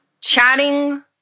chatting